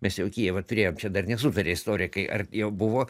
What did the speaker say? mes jau kijevą turėjom čia dar nesutaria istorikai ar jau buvo